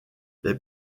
les